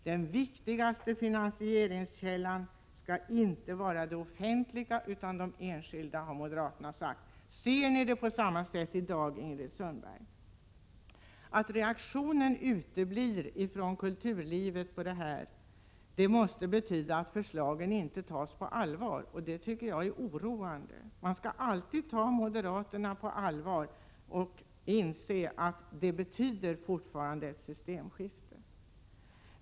Den viktigaste finansieringskällan skall inte vara det offentliga utan de enskilda, har moderaterna sagt. Ser ni det på samma sätt i dag, Ingrid Sundberg? Att reaktionen från kulturlivet uteblir måste betyda att förslagen inte tas på allvar. Det tycker jag är oroande. Man skall alltid ta moderaterna på allvar och inse att de fortfarande står för systemskifte.